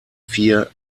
vier